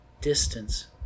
distance